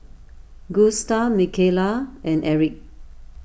Gusta Mikayla and Erich